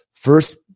First